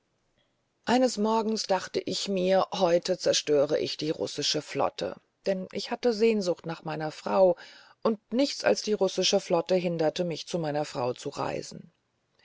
eines morgens dachte ich mir heute zerstöre ich die russische flotte denn ich hatte sehnsucht nach meiner frau und nichts als die russische flotte hinderte mich zu meiner frau zu reisen